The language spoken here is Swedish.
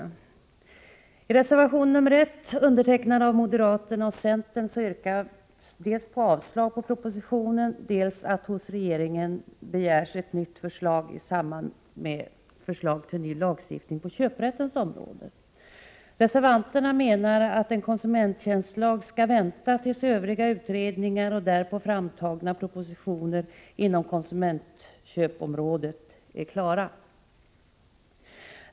I reservation nr 1, undertecknad av moderaternas och centerns företrädare i utskottet, yrkas dels avslag på propositionen, dels att riksdagen hos regeringen begär ett nytt förslag i samband med förslag till ny lagstiftning på köprättens område. Reservanterna menar att en konsumenttjänstlag skall vänta tills övriga utredningar och därpå framtagna propositioner inom konsumentköpområdet är klara.